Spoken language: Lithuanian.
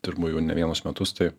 dirbu jau ne vienus metus tai